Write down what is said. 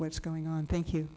what's going on thank you